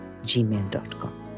gmail.com